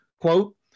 quote